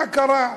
מה קרה?